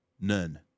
None